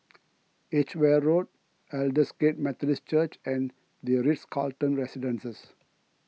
Edgeware Road Aldersgate Methodist Church and the Ritz Carlton Residences